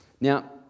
Now